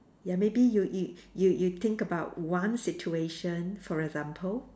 ya maybe you it you you think about one situation for example